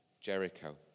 Jericho